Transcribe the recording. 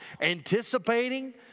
anticipating